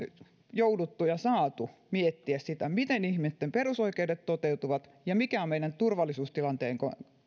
jouduttu ja saatu miettiä sitä miten ihmisten perusoikeudet toteutuvat ja mikä on meidän turvallisuustilanteen